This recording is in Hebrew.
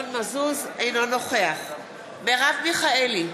אינו נוכח מרב מיכאלי,